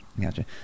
Gotcha